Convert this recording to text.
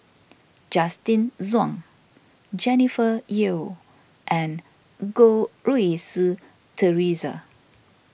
Justin Zhuang Jennifer Yeo and Goh Rui Si theresa